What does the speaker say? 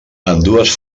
ambdues